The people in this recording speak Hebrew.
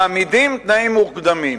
מעמידים תנאים מוקדמים: